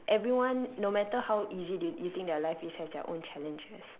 everyone no matter how easy do you you think their life is has their own challenges